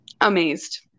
amazed